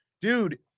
dude